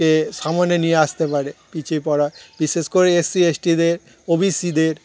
কে সামনে নিয়ে আসতে পারে পিছিয়ে পড়া বিশেষ করে এসসি এস টিদের ও বি সিদের